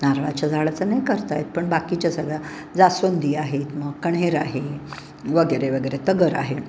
नारळाच्या झाडाचं नाही करता येत पण बाकीच्या सगळ्या जास्वंदी आहेत मग कण्हेर आहे वगैरे वगैरे तगर आहे